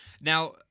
Now